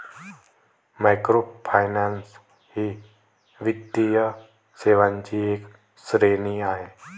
microfinance ही वित्तीय सेवांची एक श्रेणी आहे